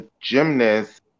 gymnast